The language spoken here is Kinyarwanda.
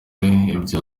ibya